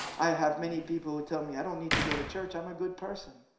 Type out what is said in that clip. i have many people who tell me i don't need to go to church, i'm a good person.